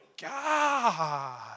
God